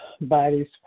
bodies